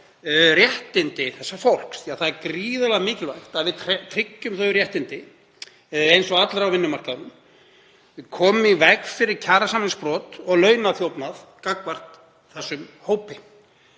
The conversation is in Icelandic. réttindi þessa fólks því að það er gríðarlega mikilvægt að við tryggjum þau réttindi, eins og allra á vinnumarkaðnum, og komum í veg fyrir kjarasamningsbrot og launaþjófnað gagnvart þessum hópi.